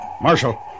Marshal